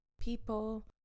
People